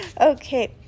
Okay